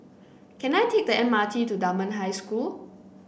can I take the M R T to Dunman High School